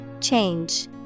Change